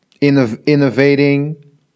innovating